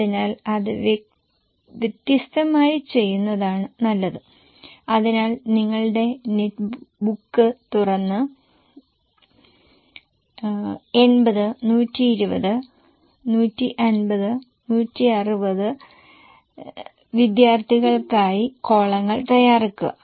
അതിനാൽ അത് വ്യത്യസ്തമായി ചെയ്യുന്നതാണ് നല്ലത് അതിനാൽ നിങ്ങളുടെ നെറ്റ് ബുക്ക് തുറന്ന് 80 120 150 160 വിദ്യാർത്ഥികൾക്കായി കോളങ്ങൾ തയ്യാറാക്കുക